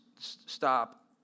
stop